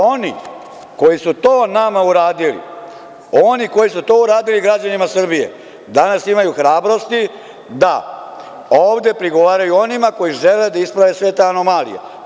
Oni koji su to nama uradili, oni koji su to uradili građanima Srbije danas imaju hrabrosti da ovde prigovaraju onima koji žele da isprave sve te anomalije.